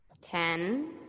Ten